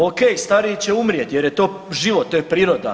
Ok stariji će umrijet jer je to život, to je priroda.